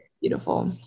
beautiful